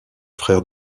frère